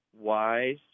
wise